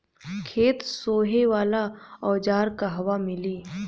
खेत सोहे वाला औज़ार कहवा मिली?